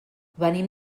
venim